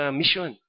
mission